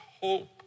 hope